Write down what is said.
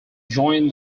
join